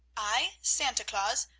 i, santa claus!